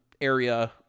area